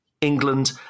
England